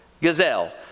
gazelle